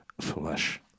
flesh